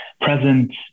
present